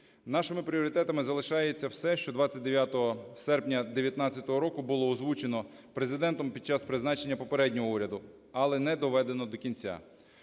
Нашими пріоритетами залишається все, що 29 серпня 19-го року було озвучено Президентом під час призначення попереднього уряду, але не доведено до кінця,